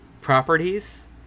properties